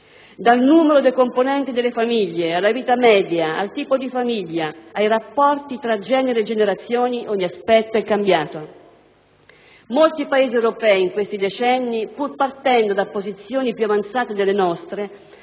dal numero dei componenti delle famiglie, alla vita media, al tipo di famiglia, ai rapporti tra i generi e le generazioni, ogni aspetto è cambiato. Molti Paesi europei, in questi decenni, pur partendo da posizioni più avanzate delle nostre,